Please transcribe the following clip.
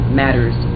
matters